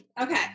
Okay